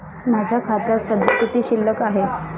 माझ्या खात्यात सध्या किती शिल्लक आहे?